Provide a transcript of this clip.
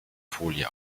folie